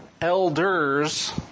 elders